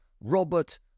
Robert